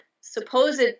supposed